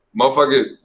motherfucker